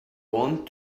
wand